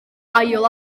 ail